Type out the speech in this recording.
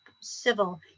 civil